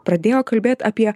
pradėjo kalbėt apie